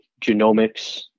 genomics